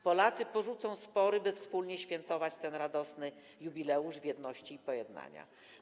Polacy porzucą spory, by wspólnie świętować ten radosny jubileusz w jedności i pojednaniu.